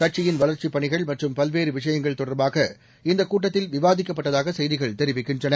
கட்சியின் வளர்ச்சிப் பணிகள் மற்றும் பல்வேறு விஷயங்கள் தொடர்பாக இந்த கூட்டத்தில் விவாதிக்கப்பட்டதாக செய்திகள் தெரிவிக்கின்றன